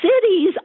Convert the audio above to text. cities